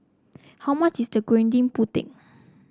how much is the Gudeg Putih